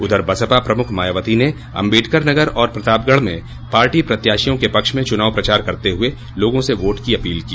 उधर बसपा प्रमुख मायावती ने अम्बेडकरनगर और प्रतापगढ़ में पार्टी प्रत्याशियों के पक्ष में चुनाव प्रचार करते हुए लोगों से वोट की अपील की